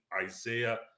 Isaiah